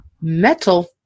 metal